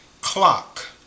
Clock